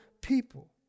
people